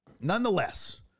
Nonetheless